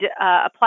apply